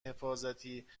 حفاظتی